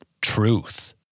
truth